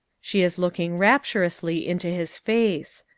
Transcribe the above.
she is looking rapturously into his face.